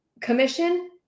commission